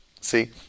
See